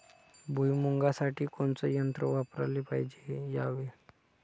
भुइमुगा साठी कोनचं तंत्र वापराले पायजे यावे?